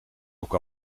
ook